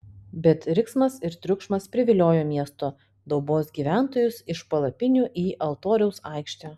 bet riksmas ir triukšmas priviliojo miesto daubos gyventojus iš palapinių į altoriaus aikštę